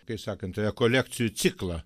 kaip sakant rekolekcijų ciklą